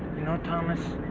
know thomas,